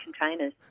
containers